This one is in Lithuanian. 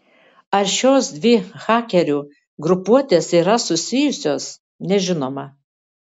ar šios dvi hakerių grupuotės yra susijusios nežinoma